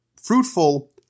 fruitful